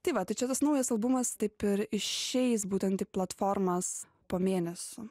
tai va tai čia tas naujas albumas taip ir išeis būtent į platformas po mėnesio